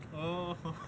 orh